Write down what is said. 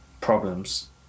problems